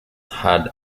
had